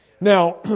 Now